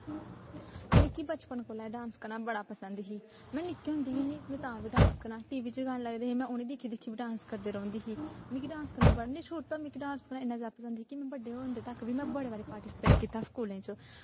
मिकी बचपन कोला गै डांस करना बड़ा पसंद ही में निक्की होंदी ही में तां बी डांस करना टी वी च गाने लगदे में उ'नेंगी बी दिक्खी दिक्खी बी डांस करदी रौंह्दी ही मिगी डांस करने शुरू तो गै इन्ना पसंद ही के में बड्डे होंदे तक बी में बड़े बारी पार्टिस्पेट कीता स्कूलें च